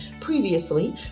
previously